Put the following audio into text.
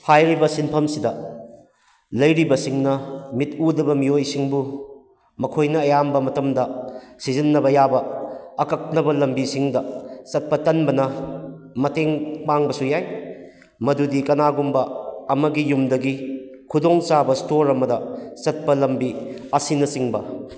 ꯍꯥꯏꯔꯤꯕ ꯁꯤꯟꯐꯝꯁꯤꯗ ꯂꯩꯔꯤꯕꯁꯤꯡꯅ ꯃꯤꯠ ꯎꯗꯕ ꯃꯤꯑꯣꯏꯁꯤꯡꯕꯨ ꯃꯈꯣꯏꯅ ꯑꯌꯥꯝꯕ ꯃꯇꯝꯗ ꯁꯤꯖꯤꯟꯅꯕ ꯌꯥꯕ ꯑꯀꯛꯅꯕ ꯂꯝꯕꯤꯁꯤꯡꯗ ꯆꯠꯄ ꯇꯟꯕꯅ ꯃꯇꯦꯡ ꯄꯥꯡꯕꯁꯨ ꯌꯥꯏ ꯃꯗꯨꯗꯤ ꯀꯅꯥꯒꯨꯝꯕ ꯑꯃꯒꯤ ꯌꯨꯝꯗꯒꯤ ꯈꯨꯗꯣꯡꯆꯥꯕ ꯏꯁꯇꯣꯔ ꯑꯃꯗ ꯆꯠꯄ ꯂꯝꯕꯤ ꯑꯁꯤꯅꯆꯤꯡꯕ